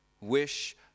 wish